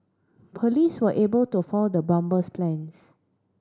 police were able to foil the bomber's plans